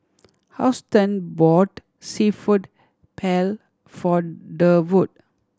Houston brought Seafood Paella for Durwood